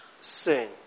sin